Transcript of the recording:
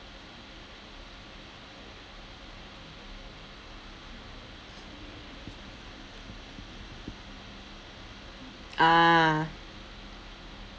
ah